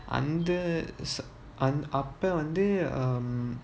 அந்த அப்ப வந்து:antha appa vanthu um